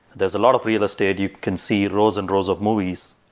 there's a lot of real estate, you can see rows and rows of movies.